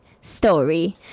story